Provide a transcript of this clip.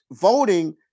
voting